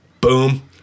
Boom